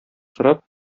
сорап